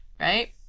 Right